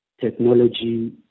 technology